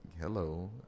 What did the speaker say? hello